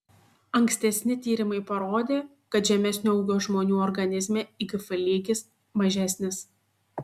ankstesni tyrimai parodė kad žemesnio ūgio žmonių organizme igf lygis mažesnis